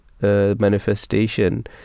manifestation